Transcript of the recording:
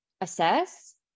assess